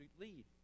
lead